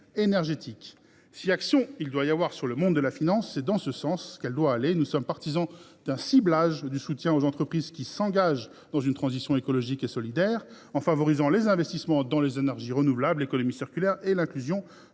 y avoir une action sur le monde de la finance, c’est dans ce sens qu’elle doit aller. Nous sommes partisans d’un ciblage du soutien vers les entreprises qui s’engagent dans une transition écologique et solidaire, en favorisant les investissements dans les énergies renouvelables, l’économie circulaire et l’inclusion sociale.